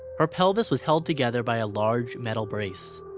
her pelvis was held together by a large metal brace.